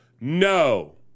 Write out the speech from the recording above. No